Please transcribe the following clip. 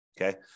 Okay